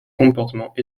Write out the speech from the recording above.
comportements